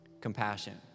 Compassion